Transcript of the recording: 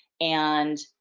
and,